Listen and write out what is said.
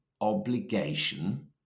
obligation